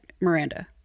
Miranda